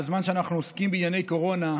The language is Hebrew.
בזמן שאנחנו עוסקים בענייני קורונה,